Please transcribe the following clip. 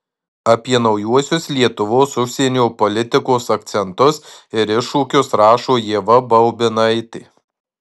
apie naujuosius lietuvos užsienio politikos akcentus ir iššūkius rašo ieva baubinaitė